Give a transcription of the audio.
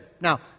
Now